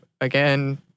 again